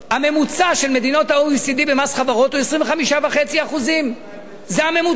הממוצע של מדינות ה-OECD במס חברות הוא 25.5%. זה הממוצע.